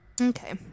Okay